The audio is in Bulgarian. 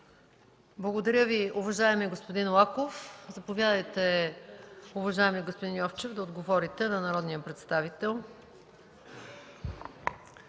Благодаря Ви, уважаеми господин Монев. Заповядайте, уважаеми господин Вигенин, да отговорите на народния представител.